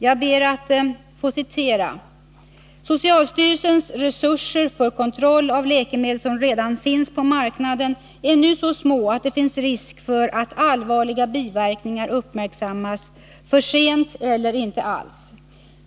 Jag ber att få citera: ”Socialstyrelsens resurser för kontroll av läkemedel som redan finns på marknaden är nu så små att det finns risk för att allvarliga biverkningar uppmärksammas för sent eller inte alls.